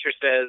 says